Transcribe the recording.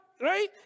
Right